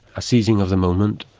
a seizing of the moment,